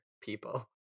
people